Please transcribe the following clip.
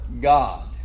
God